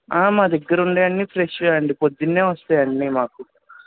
మా దగ్గర ఉండేవన్నీ ఫ్రెషే అండి పొద్దున్నే వస్తాయండి మాకు